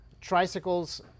Tricycles